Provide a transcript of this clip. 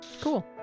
Cool